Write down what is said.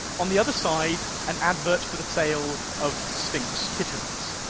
on the other side an advert for the sale of sphynx kittens.